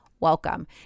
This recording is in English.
Welcome